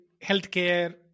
healthcare